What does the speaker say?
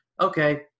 okay